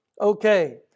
okay